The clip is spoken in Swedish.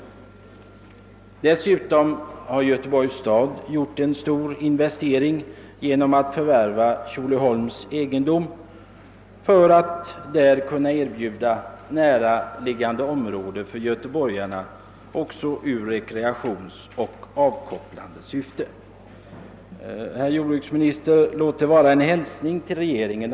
Dessutom har Göteborgs stad gjort en stor investering genom att förvärva Tjolöholms egendom för att där kunna erbjuda göteborgarna ett näraliggande område för rekreation och avkoppling. Herr jordbruksminister! Låt detta vara en hälsning till regeringen.